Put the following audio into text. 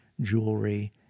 jewelry